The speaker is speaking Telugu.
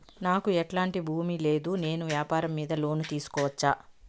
నాకు ఎట్లాంటి భూమి లేదు నేను వ్యాపారం మీద లోను తీసుకోవచ్చా?